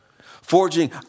forging